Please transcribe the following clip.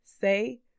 say